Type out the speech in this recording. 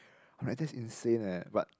I'm like that's insane eh but